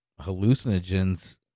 hallucinogens